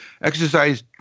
Exercise